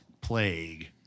plague